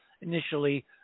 initially